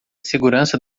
segurança